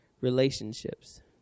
relationships